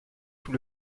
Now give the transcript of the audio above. sous